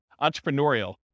entrepreneurial